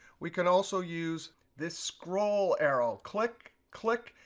we can also use this scroll arrow, click, click,